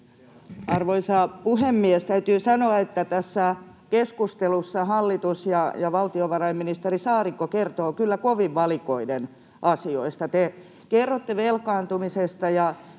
Arvoisa puhemies! Täytyy sanoa, että tässä keskustelussa hallitus ja valtiovarainministeri Saarikko kertovat kyllä kovin valikoiden asioista. Te kerrotte velkaantumisesta